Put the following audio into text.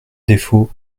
défaut